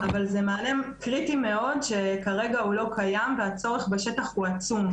אבל זה מענה קריטי מאוד שכרגע הוא לא קיים והצורך בשטח הוא עצום.